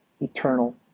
eternal